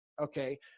okay